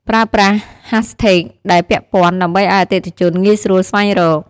ប្រើប្រាស់ ហាសថេក ដែលពាក់ព័ន្ធ ដើម្បីឱ្យអតិថិជនងាយស្រួលស្វែងរក។